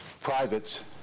privates